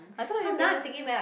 I thought New Balance